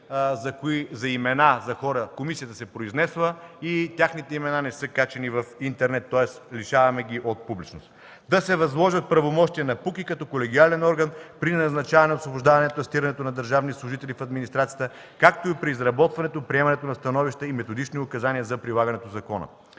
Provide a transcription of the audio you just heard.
примери за имена, за хора. Комисията се е произнесла и техните имена не са качени в интернет, тоест лишаваме ги от публичност; - да се възложат правомощия на КПУКИ като колегиален орган при назначаването, освобождаването, атестирането на държавните служители в администрацията, както и при изработването, приемането на становища и методични указания за прилагането на закона.